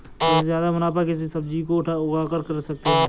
सबसे ज्यादा मुनाफा किस सब्जी को उगाकर कर सकते हैं?